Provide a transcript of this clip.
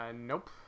Nope